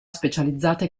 specializzate